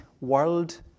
world